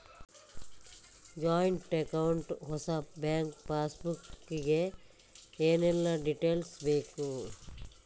Joint account ಹೊಸ bank passbook ಗೆ ಏನೆಲ್ಲ ಡೀಟೇಲ್ಸ್ ಬೇಕು?